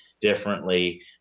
differently